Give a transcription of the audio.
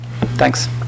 Thanks